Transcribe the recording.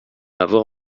avoir